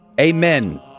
Amen